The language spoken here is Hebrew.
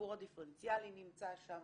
הסיפור הדיפרנציאלי נמצא שם,